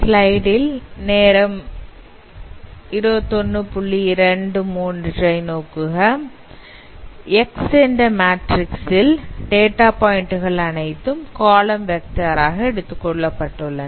X என்ற matrix இல் data பாயிண்ட்கள் அனைத்தும் காலம் வெக்டார் ஆக எடுத்துக் கொள்ளப்பட்டுள்ளன